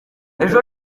ejo